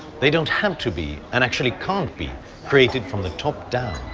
they don't have to be, and actually can't be created from the top down.